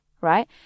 right